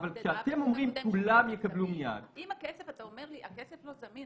אבל כשאתם אומרים כולם יקבלו מייד --- אם אתה אומר לי הכסף לא זמין,